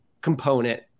component